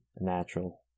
natural